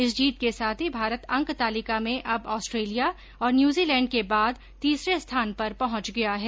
इस जीत के साथ ही भारत अंक तालिका में अब ऑस्ट्रेलिया और न्यूजीलैण्ड के बाद तीसरे स्थान पर पहुंच गया है